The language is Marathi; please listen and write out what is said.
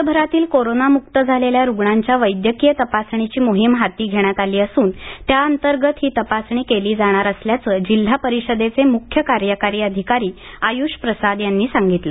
राज्यभरातील कोरोनामुक्त झालेल्या रुग्णांच्या वैद्यकीय तपासणीची मोहीम हाती घेण्यात आली असून त्याअंतर्गत ही तपासणी केली जाणार असल्याचं जिल्हा परिषदेचे मुख्य कार्यकारी अधिकारी आयुष प्रसाद यांनी सांगितलं